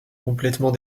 complètement